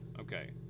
Okay